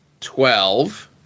twelve